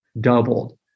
doubled